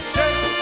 Shake